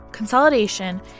Consolidation